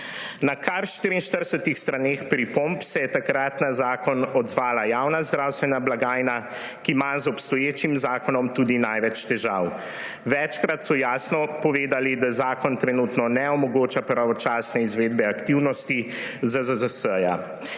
Na kar 44 straneh pripomb se je takrat na zakon odzvala javna zdravstvena blagajna, ki ima z obstoječim zakonom tudi največ težav. Večkrat so jasno povedali, da zakon trenutno ne omogoča pravočasne izvedbe aktivnosti ZZZS.